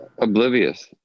oblivious